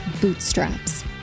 Bootstraps